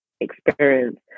experience